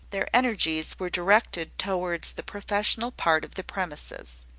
their energies were directed towards the professional part of the premises.